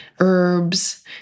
herbs